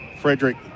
Frederick